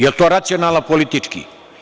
Jel to racionalno politički?